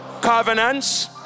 covenants